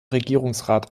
regierungsrat